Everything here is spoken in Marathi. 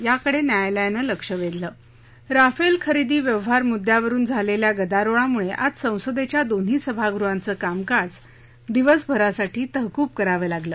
याकडे न्यायालयानं लक्ष वेधलं राफेल खरेदी व्यवहार मुद्यावरुन झालेल्या गदारोळामुळे आज संसदेच्या दोन्ही सभागृहाचं कामकाज दिवसभरासाठी तहकूब करावं लागलं